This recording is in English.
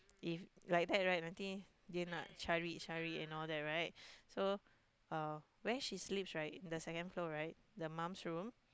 if like that right nanti dia hendak cari cari and all that right so uh where she sleeps right the second floor right the mom's room